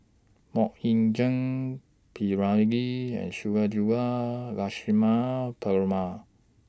Mok Ying Jang P Ramlee and Sundarajulu Lakshmana Perumal